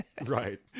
Right